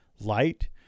Light